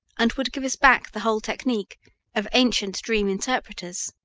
and would give us back the whole technique of ancient dream interpreters.